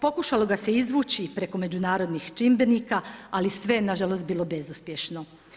Pokušalo ga se izvući i preko međunarodnih čimbenika ali sve je nažalost bilo bezuspješno.